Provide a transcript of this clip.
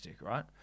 right